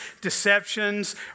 deceptions